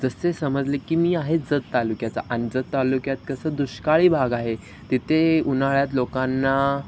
जसे समजले की मी आहे जत तालुक्याचा आणि जत तालुक्यात कसं दुष्काळी भाग आहे तिथे उन्हाळ्यात लोकांना